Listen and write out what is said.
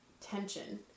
tension